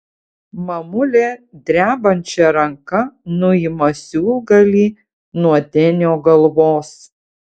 mamulė drebančia ranka nuima siūlgalį nuo denio galvos